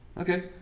Okay